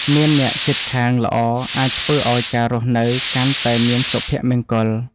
មានអ្នកជិតខាងល្អអាចធ្វើឱ្យការរស់នៅកាន់តែមានសុភមង្គល។